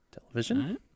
Television